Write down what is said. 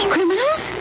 Criminals